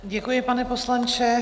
Děkuji, pane poslanče.